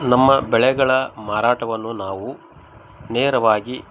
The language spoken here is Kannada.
ನಮ್ಮ ಬೆಳೆಗಳ ಮಾರಾಟವನ್ನು ನಾವು ನೇರವಾಗಿ